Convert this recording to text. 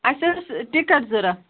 اَسہِ ٲس ٹِکَٹ ضوٚرَتھ